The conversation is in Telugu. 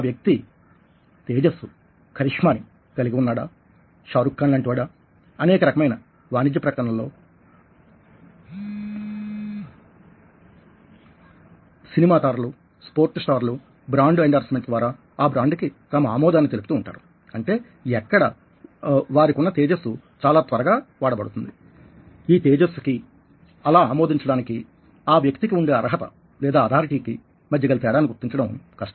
ఆ వ్యక్తి తేజస్సు ని కలిగా ఉన్నాడా షారుక్ ఖాన్ లాంటి వాడా అనేకమైన వాణిజ్య ప్రకటనలలో సినిమా తారలు స్పోర్ట్ స్టార్లు బ్రాండ్ ఎండార్స్మెంట్ ద్వారా ఆ బ్రాండ్ కి తమ ఆమోదాన్ని తెలుపుతూ ఉంటారు అంటే అక్కడ వారికున్న తేజస్సు చాలా త్వరగా వాడబడుతుంది ఈ తేజస్సు కీ అలా ఆమోదించడానికి ఆ వ్యక్తి కి వుండే అర్హత లేదా అధారిటీ కి మధ్య గల తేడాని గుర్తించడం కష్టం